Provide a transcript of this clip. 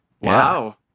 Wow